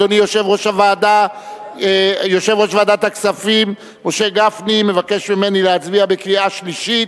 אדוני יושב-ראש ועדת הכספים משה גפני מבקש ממני להצביע בקריאה שלישית,